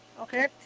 Okay